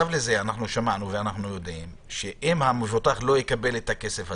שמענו ואנו יודעים שאם המבוטח לא יקבל את הכסף הזה,